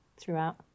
throughout